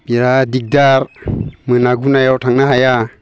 बिराद दिगदार मोना गुनायाव थांनो हाया